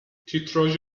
تیتراژ